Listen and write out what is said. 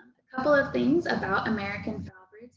couple of things about american foulbrood.